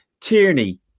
Tierney